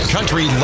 Country